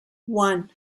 one